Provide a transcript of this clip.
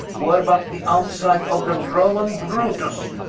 were but the out-side of the roman brutus,